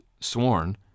sworn